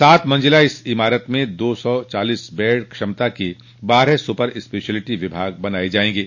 सात मंजिला इस इमारत में दो सौ चालीस बेड क्षमता के बारह सूपर स्पेशिलिटी विभाग बनाये जायेंगे